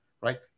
right